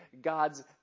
God's